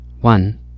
One